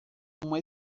uma